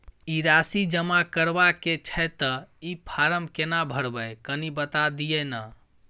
ई राशि जमा करबा के छै त ई फारम केना भरबै, कनी बता दिय न?